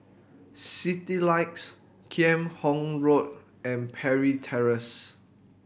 Citylights Kheam Hock Road and Parry Terrace